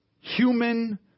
human